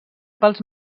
pels